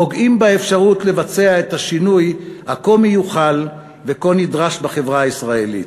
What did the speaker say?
פוגעים באפשרות לבצע את השינוי הכה מיוחל וכה נדרש בחברה הישראלית.